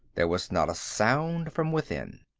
there was not a sound from within.